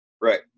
Right